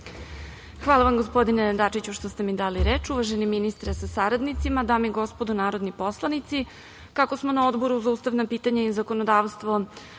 Hvala vam, gospodine Dačiću što ste mi dali reč. Uvaženi ministre sa saradnicima, dame i gospodo narodni poslanici, kako smo na Odboru za ustavna pitanja i zakonodavstvo